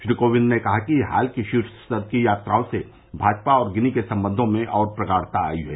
श्री कोविंद ने कहा कि हाल की शीर्ष स्तर की यात्राओं से भारत और गिनी के संबंधों में और प्रगाढ़ता आयी है